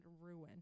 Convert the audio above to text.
ruin